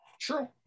True